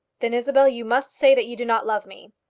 then, isabel, you must say that you do not love me.